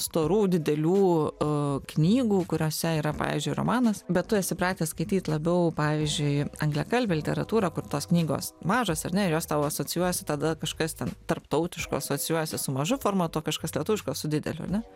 storų didelių knygų kuriose yra pavyzdžiui romanas bet tu esi pratęs skaityt labiau pavyzdžiui angliakalbę literatūrą kur tos knygos mažos ar ne ir jos tau asocijuojasi tada kažkas ten tarptautiško asocijuojasi su mažu formatu o kažkas lietuviško su dideliu ar ne